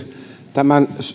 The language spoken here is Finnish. tämän